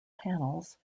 panels